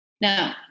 Now